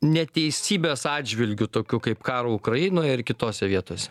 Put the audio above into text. neteisybės atžvilgiu tokiu kaip karo ukrainoje ir kitose vietose